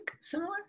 similar